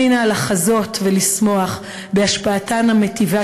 זכני נא לחזות ולשמוח בהשפעתן המיטיבה